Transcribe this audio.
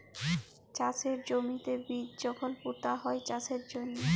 চাষের জমিতে বীজ যখল পুঁতা হ্যয় চাষের জ্যনহে